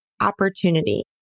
opportunity